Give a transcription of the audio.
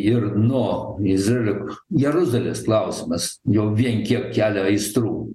ir nuo izraelio jeruzalės klausimas jau vien kiek kelia aistrų